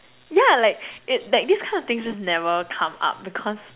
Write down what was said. yeah like it like these kinds of things just never come up because